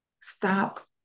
Stop